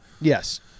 Yes